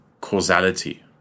causality